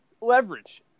leverage